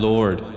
Lord